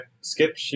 Skip